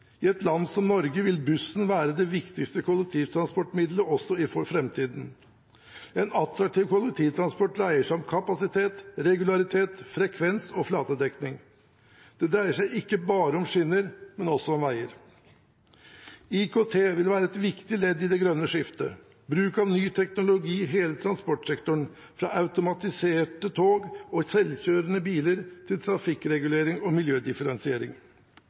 I et land som Norge vil bussen være det viktigste kollektivtransportmidlet også for framtiden. En attraktiv kollektivtransport dreier seg om kapasitet, regularitet, frekvens og flatedekning. Det dreier seg ikke bare om skinner, men også om veier. IKT vil være et viktig ledd i det grønne skiftet. Bruk av ny teknologi i hele transportsektoren – fra automatiserte tog og selvkjørende biler til trafikkregulering og miljødifferensiering.